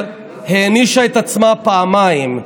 אומרים: